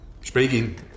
Speaking